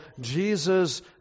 Jesus